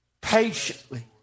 patiently